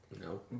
no